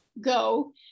go